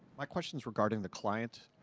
my question is regarding the client.